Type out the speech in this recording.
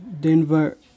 Denver